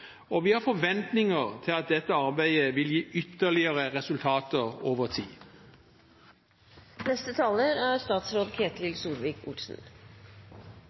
Vi har forventninger til at dette arbeidet vil gi ytterligere resultater over